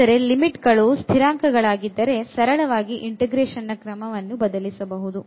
ಆದರೆ ಲಿಮಿಟ್ ಗಳು ಸ್ಥಿರಾಂಕಗಳಾಗಿದ್ದರೆ ಸರಳವಾಗಿ integration ನ ಕ್ರಮವನ್ನು ಬದಲಿಸಬಹುದು